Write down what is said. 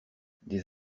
des